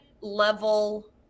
level